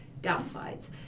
downsides